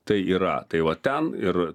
tai yra tai va ten ir